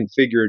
configured